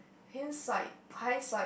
insight hindsight